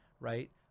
right